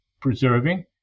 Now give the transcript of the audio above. preserving